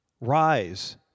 Rise